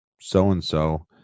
so-and-so